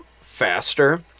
faster